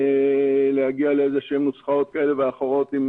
להגיע לאיזשהן נוסחאות כאלה ואחרות עם